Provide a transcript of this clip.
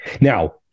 Now